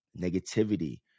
negativity